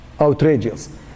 outrageous